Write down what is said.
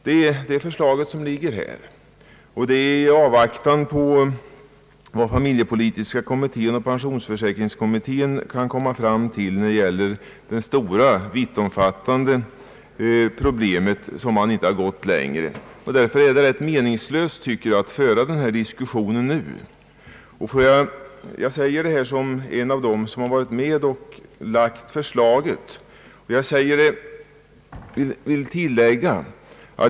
Det är det förslaget som nu föreligger, I avvaktan på vad familjepolitiska kommittén och pensionsförsäkringskommittén kan komma fram till när det gäller det stora vittomfattande problemet har man inte gått längre. Därför är det rätt meningslöst att föra denna diskussion nu. Jag säger detta som en av dem som varit med om att lägga fram förslaget.